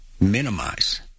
minimize